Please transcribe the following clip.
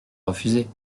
refuser